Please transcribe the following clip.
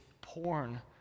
porn